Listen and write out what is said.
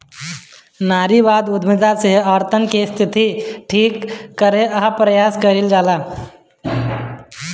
नारीवादी उद्यमिता से औरतन के स्थिति के ठीक करे कअ प्रयास कईल जाला